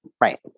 Right